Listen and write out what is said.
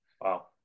Wow